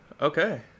okay